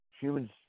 Humans